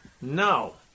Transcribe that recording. No